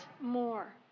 more